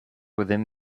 within